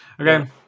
Okay